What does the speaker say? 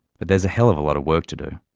but there is a hell of a lot of work to do,